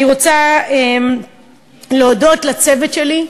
אני רוצה להודות לצוות שלי,